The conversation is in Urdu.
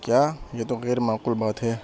کیا یہ تو غیرمعقول بات ہے